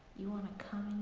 you want to come